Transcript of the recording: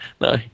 no